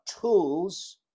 tools